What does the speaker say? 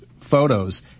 photos